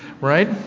Right